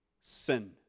sin